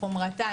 חומרתה,